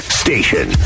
station